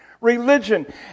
religion